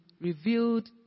revealed